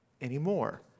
anymore